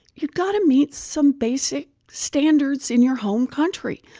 you've got to meet some basic standards in your home country,